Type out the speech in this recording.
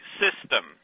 system